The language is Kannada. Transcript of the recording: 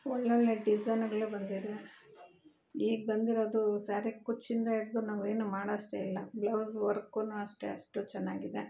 ಒಳ್ಳೊಳ್ಳೆ ಡಿಸೈನ್ಗ್ಳು ಬಂದಿದೆ ಈಗ ಬಂದಿರೋದು ಸ್ಯಾರಿ ಕುಚ್ಚಿಂದ ಹಿಡ್ದು ನಾವೇನು ಮಾಡೋಷ್ಟೆ ಇಲ್ಲ ಬ್ಲೌಸ್ ವರ್ಕುನು ಅಷ್ಟೆ ಅಷ್ಟು ಚೆನ್ನಾಗಿದೆ